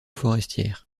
forestière